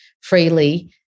freely